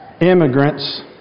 immigrants